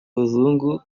bazungu